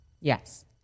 Yes